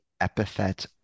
epithet